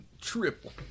triple